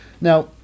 now